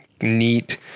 neat